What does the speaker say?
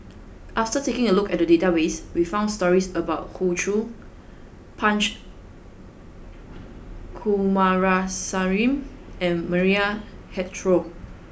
after taking a look at the database we found stories about Hoey Choo Punch Coomaraswamy and Maria Hertogh